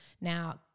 Now